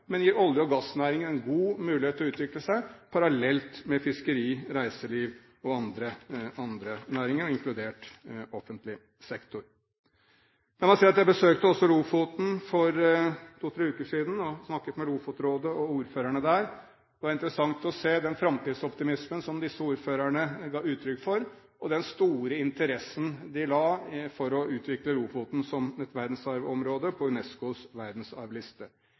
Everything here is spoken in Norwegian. men gir olje- og gassnæringen en god mulighet til å utvikle seg parallelt med fiskeri, reiseliv og andre næringer, og inkludert offentlig sektor. Jeg besøkte Lofoten for to-tre uker siden og snakket med Lofotrådet og med ordførerne der. Det var interessant å se den framtidsoptimismen som disse ordførerne ga uttrykk for, og den store interessen de viste for å utvikle Lofoten som et verdensarvområde på UNESCOs verdensarvliste.